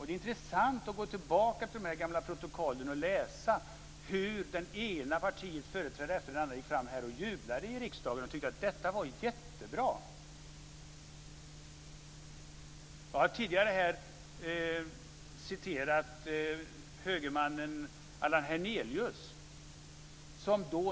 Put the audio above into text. Det är intressant att gå tillbaka till de gamla protokollen och läsa hur det ena partiet efter det andra jublade i riksdagen och tyckte att målet var jättebra. Jag har tidigare citerat högermannen Allan Hernelius.